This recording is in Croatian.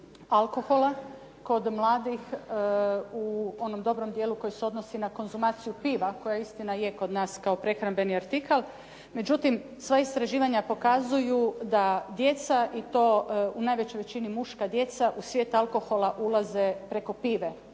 alkohola kod mladih u onom dobrom dijelu koji se odnosi na konzumaciju piva, koje istina je kod nas kao prehrambeni artikl. Međutim, sva istraživanja pokazuju da djeca, i to u najvećoj većini muška djeca, u svijet alkohola ulaze preko pive,